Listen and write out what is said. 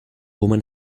woman